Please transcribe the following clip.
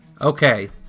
Okay